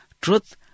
truth